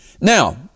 Now